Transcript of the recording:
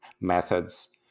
methods